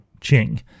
Ching